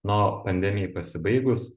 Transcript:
na o pandemijai pasibaigus